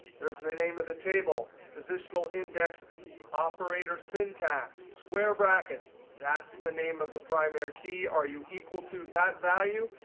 there is the name of the table, positional index operator syntax square brackets. that's the name of the primary key. are u equal to that value?